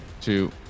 two